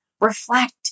reflect